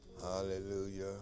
Hallelujah